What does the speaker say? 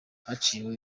haciyeho